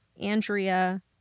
Andrea